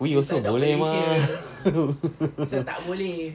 we also boleh mah